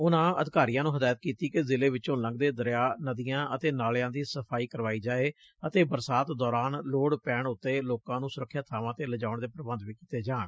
ਉਨੂਾ ਅਧਿਕਾਰੀਆਂ ਨੂੰ ਹਦਾਇਤਾਂ ਕੀਤੀ ਕਿ ਜ਼ਿਲੇ ਵਿੱਚੋਂ ਲੰਘਦੇ ਦਰਿਆ ਨਦੀਆਂ ਅਤੇ ਨਾਲਿਆਂ ਦੀ ਸਫ਼ਾਈ ਕਰਵਾਈ ਜਾਵੇ ਅਤੇ ਬਰਸਾਤ ਦੌਰਾਨ ਲੋੜ ਪੈਣ ਉਤੇ ਲੋਕਾਂ ਨੂੰ ਸੁਰੱਖਿਅਤ ਬਾਵਾਂ ਤੇ ਲਿਜਾਉਣ ਦੇ ਪ੍ਰਬੰਧ ਵੀ ਕੀਤੇ ਜਾਣ